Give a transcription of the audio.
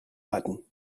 button